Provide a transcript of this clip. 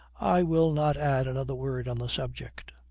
i will not add another word on the subject.